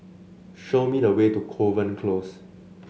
show me the way to Kovan Close